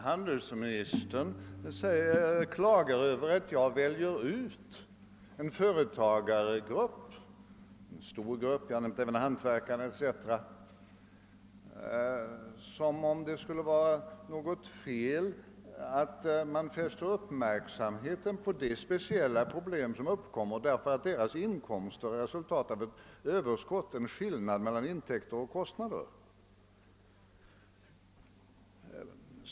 Handelsministern klagar över att jag väljer ut en stor grupp, som omfattar företagare men även hantverkare etc., som om det skulle vara något fel att man fäster uppmärksamheten på det speciella problem som uppkommer för dem vilkas inkomst är resultatet av ett överskott, en skillnad mellan intäkter och kostnader.